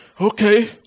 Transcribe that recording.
Okay